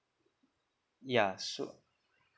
yeah so